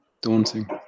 Daunting